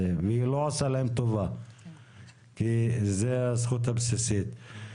והיא לא עושה להם טובה כי זאת הזכות הבסיסית.